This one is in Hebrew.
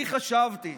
אני חשבתי